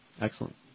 Excellent